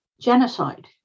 genocide